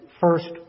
first